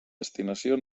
destinació